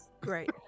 Great